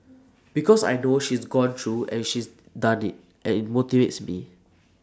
because I know she's gone through and she's done IT and IT motivates me